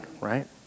right